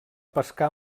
pescar